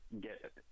get